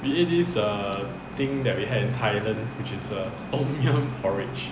we eat this err thing that we had in thailand which is uh tom yum porridge